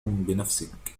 بنفسك